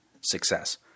success